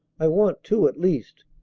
i want two at least.